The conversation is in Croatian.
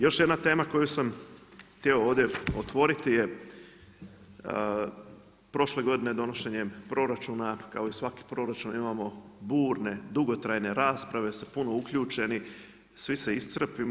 Još jedna tema koju sam htio ovdje otvoriti je prošle godine donošenjem proračuna kao i svaki proračun imamo burne, dugotrajne rasprave sa puno uključenih, svi se iscrpimo.